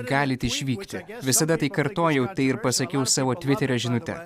galit išvykti visada tai kartojau tai ir pasakiau savo tviterio žinute